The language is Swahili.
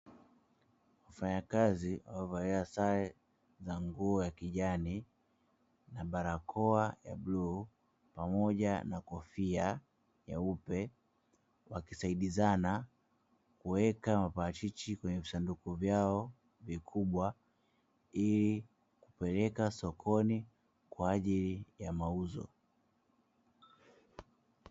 Wafanyakazi waliyovalia sare za nguo ya kijani na barakoa ya bluu pamoja na kofia nyeupe, wakisaidizana kuweka maparachichi kwenye visanduku vyao vikubwa ili kupeleka sokoni kwa ajili ya mauzo.